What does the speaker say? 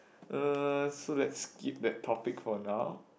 uh so let's keep that topic for now